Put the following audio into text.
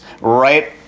right